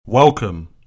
welcome